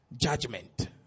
judgment